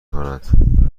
کند